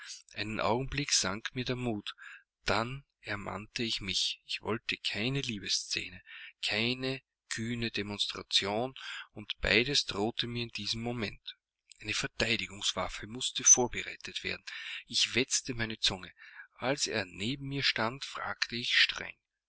einen augenblick sank mir der mut dann ermannte ich mich ich wollte keine liebesscene keine kühne demonstration und beides drohte mir in diesem moment eine verteidigungswaffe mußte vorbereitet werden ich wetzte meine zunge als er neben mir stand fragte ich